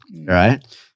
right